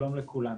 שלום לכולם.